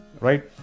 right